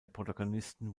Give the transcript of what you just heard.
protagonisten